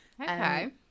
Okay